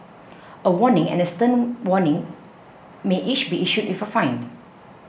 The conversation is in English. a warning and a stern warning may each be issued with a fine